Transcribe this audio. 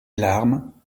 larmes